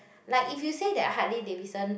like if you say that hardly they recent